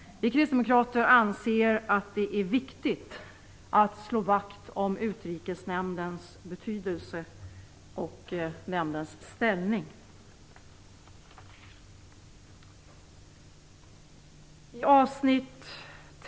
Vi kristdemokrater anser att det är viktigt att slå vakt om Utrikesnämndens betydelse och nämndens ställning.